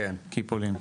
keep olim.